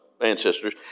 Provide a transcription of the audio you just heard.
ancestors